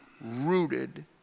rooted